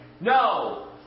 No